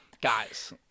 guys